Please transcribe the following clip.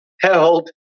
held